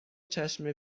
چشم